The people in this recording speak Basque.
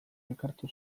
elkartu